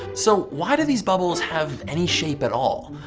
so why do these bubbles have any shape at all?